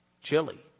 chili